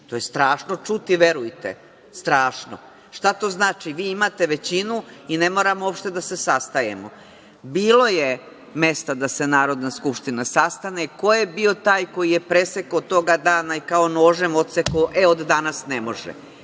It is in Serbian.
To je strašno čuti, verujte. Strašno. Šta to znači? Vi imate većinu i ne moramo uopšte da se sastajemo? Bilo je mesta da se Narodna skupština sastane, ko je bio taj ko je presekao tog dana i kao nožem odsekao – evo, od danas ne može.